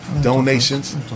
Donations